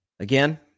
Again